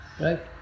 Right